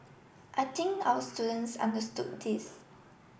I think our students understood this